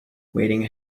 waiting